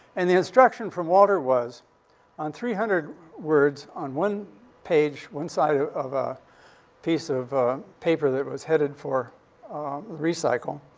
and the instruction from walter was in three hundred words, on one page, one side ah of a piece of paper that was headed for recycle,